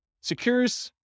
secures